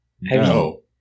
no